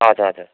हजुर हजुर